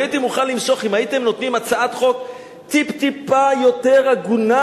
אני הייתי מוכן למשוך אם הייתם נותנים הצעת חוק טיפ-טיפה יותר הגונה,